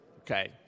Okay